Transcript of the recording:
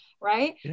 right